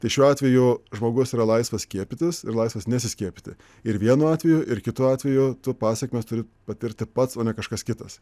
tai šiuo atveju žmogus yra laisvas skiepytis ir laisves nesiskiepyti ir vienu atveju ir kitu atveju to pasekmes turi patirti pats o ne kažkas kitas